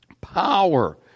power